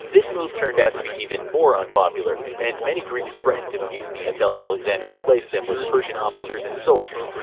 this move turned out to be even more unpopular, and many greeks threatened to mutiny until alexander replaced them with persian officers and soldiers.